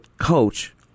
coach